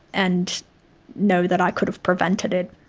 and know that i could have prevented